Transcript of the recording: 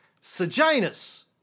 Sejanus